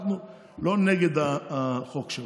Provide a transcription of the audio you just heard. אנחנו לא נגד החוק שלך.